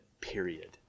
period